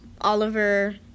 Oliver